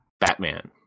Batman